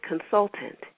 consultant